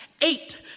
eight